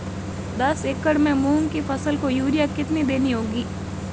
दस एकड़ में मूंग की फसल को यूरिया कितनी देनी होगी?